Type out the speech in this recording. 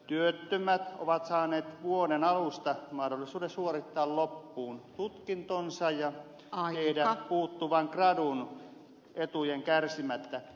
työttömät ovat saaneet vuoden alusta mahdollisuuden suorittaa loppuun tutkintonsa ja tehdä puuttuvan gradun etujen kärsimättä